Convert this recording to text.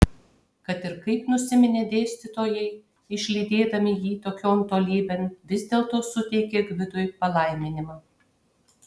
kad ir kaip nusiminė dėstytojai išlydėdami jį tokion tolybėn vis dėlto suteikė gvidui palaiminimą